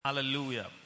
Hallelujah